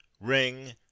ring